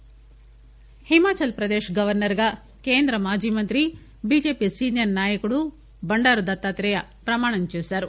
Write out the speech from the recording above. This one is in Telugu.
దత్తాత్రేయ హిమాచల్ ప్రదేశ్ గవర్సర్ గా కేంద్ర మాజీ మంత్రి బీజేపీ సీనియర్ నాయకుడు బండారు దత్తాత్రేయ ప్రమాణం చేశారు